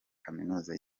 kaminuza